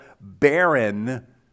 barren